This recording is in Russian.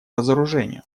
разоружению